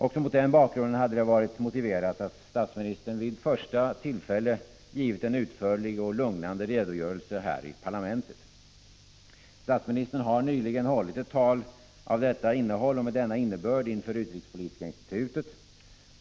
Också mot den bakgrunden hade det varit motiverat att statsministern vid första tillfälle givit en utförlig och lugnande redogörelse här i parlamentet. Statsministern har nyligen hållit ett tal av detta innehåll och med denna innebörd inför utrikespolitiska institutet.